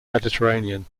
mediterranean